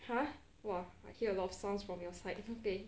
!huh! !wah! I hear a lot of sounds from your side okay